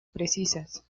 precisas